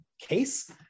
case